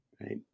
right